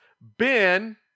Ben